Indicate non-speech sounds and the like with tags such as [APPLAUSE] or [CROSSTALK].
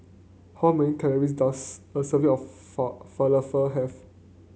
how many calories does a serving of [UNINTELLIGIBLE] Falafel have